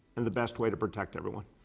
and the best way to protect everyone.